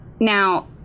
Now